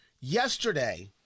Yesterday